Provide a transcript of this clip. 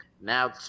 now